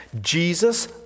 Jesus